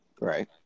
Right